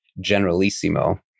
generalissimo